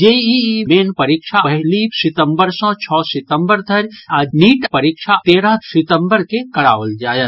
JEE main परीक्षा पहिली सितंबर सँ छओ सितंबर धरि आ नीट परीक्षा तेरह सितंबर के कराओल जायत